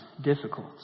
difficult